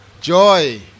Joy